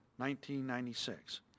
1996